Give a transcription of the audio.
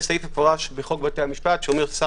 יש סעיף מפורש בחוק בתי המשפט שאומר ששר